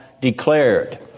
declared